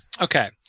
okay